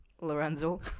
lorenzo